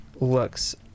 looks